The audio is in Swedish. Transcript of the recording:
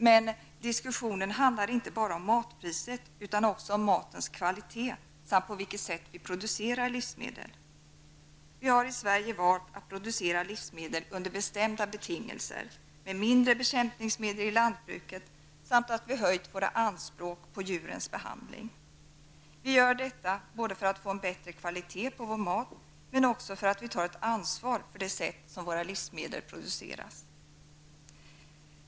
Men diskussionen handlar inte bara om matpriset utan också om matens kvalitet och om på vilket sätt vi producerar livsmedel. Vi har i Sverige valt att producera livsmedel under bestämda betingelser, med mindre bekämpningsmedel i lantbruket, och vi har höjt våra anspråk på djurens behandling. Vi gör detta för att få en bättre kvalitet på vår mat, men också för att vi tar ett ansvar för det sätt på vilket våra livsmedel produceras.